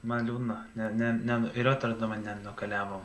man liūdna ne ne ne į roterdamą nenukeliavom